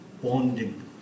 bonding